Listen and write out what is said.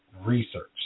research